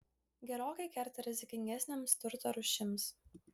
gerokai kerta rizikingesnėms turto rūšims